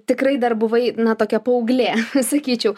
tikrai dar buvai na tokia paauglė sakyčiau